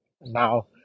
Now